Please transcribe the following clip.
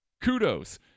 Kudos